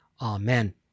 amen